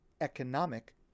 economic